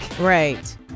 Right